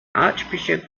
archbishop